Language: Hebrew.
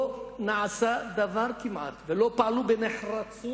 לא נעשה כמעט דבר, ולא פעלו בנחרצות